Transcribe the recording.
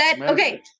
Okay